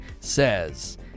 says